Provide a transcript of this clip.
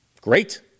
Great